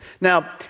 Now